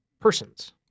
persons